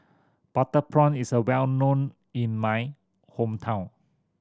butter prawn is a well known in my hometown